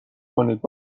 کنید